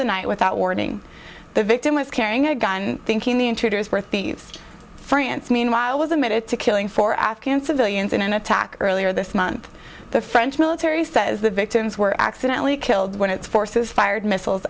the night without warning the victim was carrying a gun thinking the intruders were thieves france meanwhile was admitted to killing four afghan civilians in an attack earlier this month the french military says the victims were accidentally killed when its forces fired missiles